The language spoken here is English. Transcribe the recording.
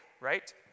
right